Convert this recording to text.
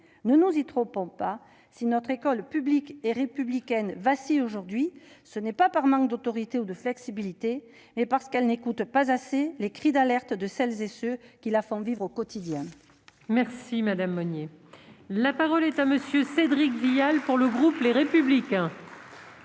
Ne nous y trompons pas : si notre école publique et républicaine vacille aujourd'hui, ce n'est pas par manque d'autorité ou de flexibilité, mais bien parce qu'elle n'écoute pas assez les cris d'alerte de celles et de ceux qui la font vivre au quotidien ! La parole est à M. Cédric Vial. Madame la présidente,